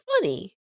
funny